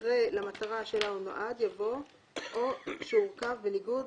אחרי "למטרה שלה הוא נועד" יבוא "או שהורכב בניגוד